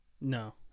No